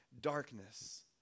darkness